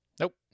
Nope